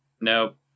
nope